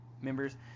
members